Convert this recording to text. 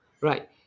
right